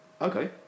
okay